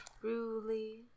Truly